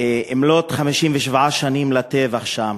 מלאות 57 שנים לטבח שם,